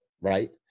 right